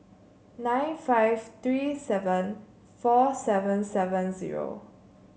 nine five three seven four seven seven zero